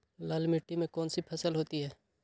लाल मिट्टी में कौन सी फसल होती हैं?